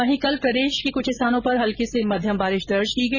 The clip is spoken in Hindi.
वहीं कल प्रदेश के कुछ स्थानों पर हल्की से मध्यम बारिश दर्ज की गई